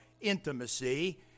Intimacy